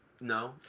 No